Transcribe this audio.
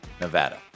Nevada